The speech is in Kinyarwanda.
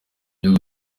byo